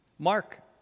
Mark